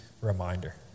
reminder